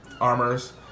armors